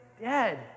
dead